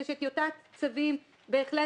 אני אומרת שטיוטת צווים, כמתווה,